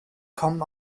kommen